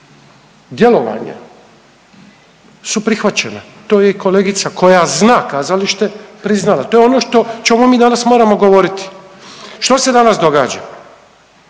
djelovanja su prihvaćene. To je i kolegica koja zna kazalište priznala. To je ono što, o čemu mi danas moramo govoriti. Što se danas događa?